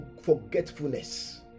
forgetfulness